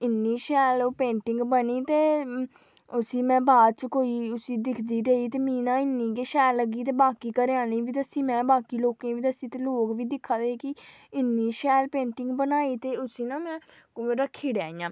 इ'न्नी शैल ओह् पेंटिंग बनी ते उस्सी में बाच कोई उस्सी दिखदी रेही ते मीं ना इ'न्नी गै शैल लग्गी ते बाकी घरै आह्लें गी बी दस्सी में बाकी लोकें गी बी दस्सी में ते लोग बी दिक्खा दे हे कि इ'न्नी शैल पेंटिंग बनाई ते उस्सी ना में रक्खीड़ेआ इ'यां